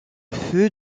feu